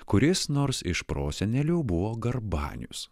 kuris nors iš prosenelių buvo garbanius